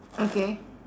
okay